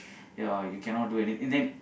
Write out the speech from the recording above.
ya you cannot do any and then